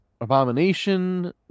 abomination